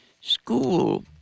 School